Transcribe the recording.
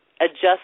adjust